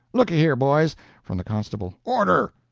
looky here, boys from the constable order!